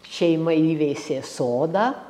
šeima įveisė sodą